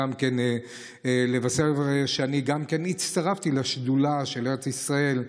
לבשר שגם אני הצטרפתי לשדולה של ארץ ישראל,